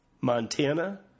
Montana